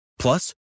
Plus